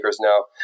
now